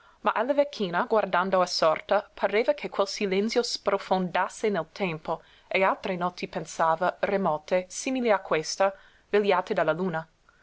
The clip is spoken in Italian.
ma alla vecchina guardando assorta pareva che quel silenzio sprofondasse nel tempo e altre notti pensava remote simili a questa vegliate dalla luna